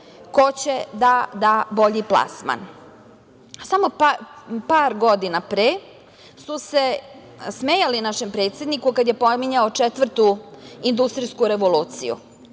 ko će da da bolji plasman. Samo par godina pre su se smejali našem predsedniku kada je pominjao četvrtu industrijsku revoluciju.